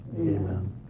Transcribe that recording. Amen